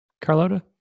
Carlota